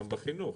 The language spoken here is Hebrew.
גם בחינוך.